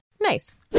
Nice